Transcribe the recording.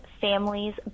Families